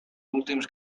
últims